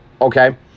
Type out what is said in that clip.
Okay